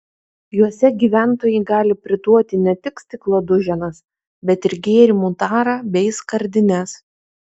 juose gyventojai gali priduoti ne tik stiklo duženas bet ir gėrimų tarą bei skardines